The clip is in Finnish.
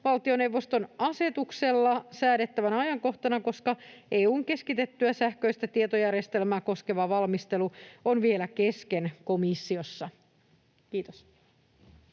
valtioneuvoston asetuksella säädettävänä ajankohtana, koska EU:n keskitettyä sähköistä tietojärjestelmää koskeva valmistelu on vielä kesken komissiossa. — Kiitos.